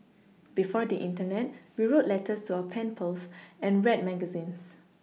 before the Internet we wrote letters to our pen pals and read magazines